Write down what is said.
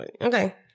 Okay